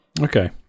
okay